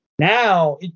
Now